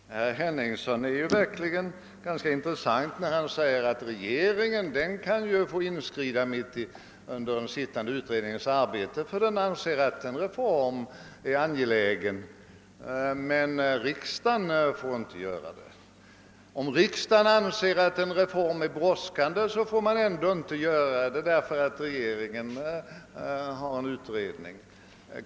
Herr talman! Herr Henningsson var verkligen ganska intressant när han sade att regeringen kan få inskrida mitt under en sittande utrednings arbete, om den anser att en reform är angelägen, medan riksdagen däremot inte får göra det. Om riksdagen tycker att en reform är brådskande får den inte inskrida eftersom regeringen har tillsatt en utredning!